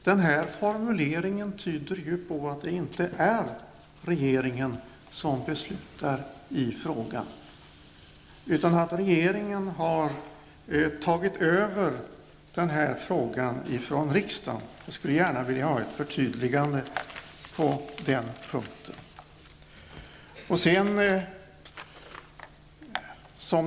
Den här formuleringen tyder på att regeringen inte beslutar i frågan, utan att regeringen har tagit över frågan ifrån riksdagen. Jag skulle gärna vilja ha ett förtydligande på den punkten.